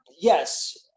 yes